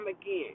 again